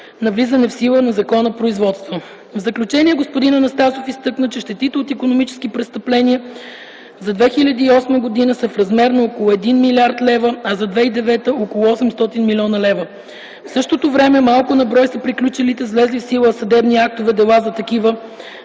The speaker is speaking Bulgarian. на влизане в сила на закона производства. В заключение господин Анастасов изтъкна, че щетите от икономически престъпления за 2008 г. са в размер на около 1 млрд. лева, а за 2009 г. – около 800 млн. лева. В същото време малко на брой са приключилите с влезли в сила съдебни актове дела за такива